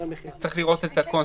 צריך לראות את הקונטקסט.